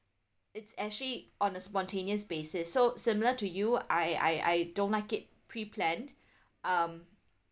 it's actually on a spontaneous basis so similar to you I I I don't like it pre planned um